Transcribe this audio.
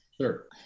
Sure